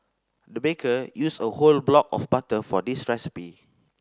the baker used a whole block of butter for this recipe